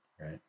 right